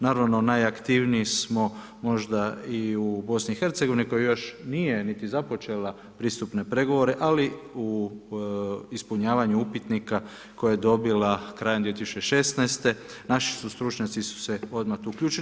Naravno, najaktivniji smo možda i u BiH koja još nije niti započela pristupne pregovore, ali u ispunjavanju upitnika koje je dobila krajem 2016. naši su stručnjaci su se odmah tu uključili.